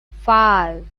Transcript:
five